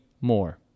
more